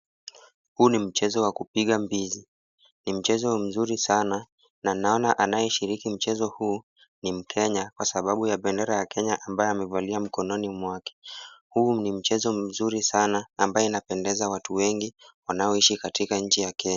Huu ni mchezo wa kupiga mbizi. Ni mchezo mzuri sana na naona anaeshiriki mchezo huu ni mkenya kwa sababu ya bendera ya Kenya ambayo amevalia mkononi mwake. Huu ni mchezo mzuri sana ambaye unapendeza watu wengi ambao wanaoishi katika nchi ya Kenya.